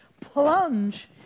plunge